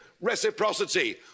reciprocity